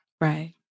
Right